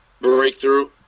breakthrough